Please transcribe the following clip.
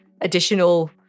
additional